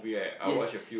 yes